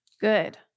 Good